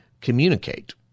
communicate